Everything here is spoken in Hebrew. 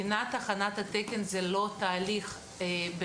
הכנת תקן רשמי הוא לא תהליך ארוך,